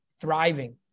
thriving